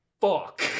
fuck